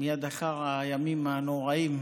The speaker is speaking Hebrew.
מייד אחר הימים הנוראים,